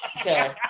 Okay